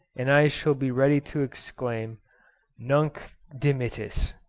and i shall be ready to exclaim nunc dimittis.